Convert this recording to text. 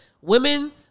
Women